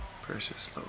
Precious